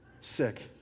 sick